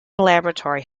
laboratory